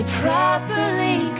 properly